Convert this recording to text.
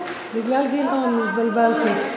אופס, בגלל גילאון התבלבלתי.